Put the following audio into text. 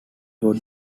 got